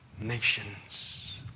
nations